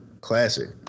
classic